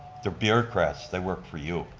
they're bureaucrats, they work for you,